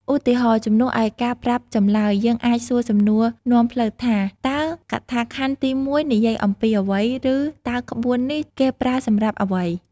ឧទាហរណ៍ ជំនួសឱ្យការប្រាប់ចម្លើយ យើងអាចសួរសំណួរនាំផ្លូវថា តើកថាខណ្ឌទីមួយនិយាយអំពីអ្វី? ឬ តើក្បួននេះគេប្រើសម្រាប់អ្វី?។